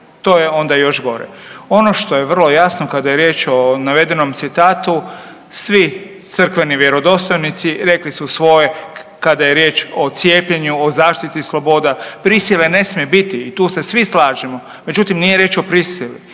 to je onda još gore. Ono što je vrlo jasno kada je riječ o navedenom citatu svi crkveni vjerodostojnici rekli su svoje kada je riječ o cijepljenju, o zaštiti sloboda, prisile ne smije biti i tu se svi slažemo, međutim nije riječ o prisili.